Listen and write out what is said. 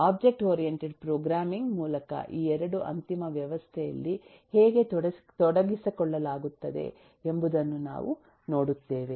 object oriented programming ಮೂಲಕ ಈ 2 ಅಂತಿಮ ವ್ಯವಸ್ಥೆಯಲ್ಲಿ ಹೇಗೆ ತೊಡಗಿಸಿಕೊಳ್ಳುತ್ತದೆ ಎಂಬುದನ್ನು ನಾವು ಈಗ ನೋಡುತ್ತೇವೆ